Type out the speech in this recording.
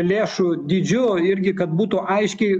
lėšų dydžiu irgi kad būtų aiškiai